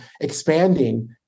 expanding